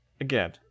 again